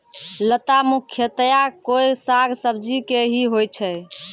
लता मुख्यतया कोय साग सब्जी के हीं होय छै